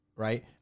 right